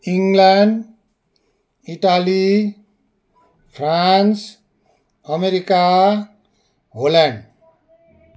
England Italy France America Holland